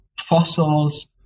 fossils